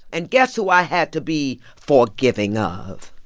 and guess who i had to be forgiving of?